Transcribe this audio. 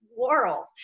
world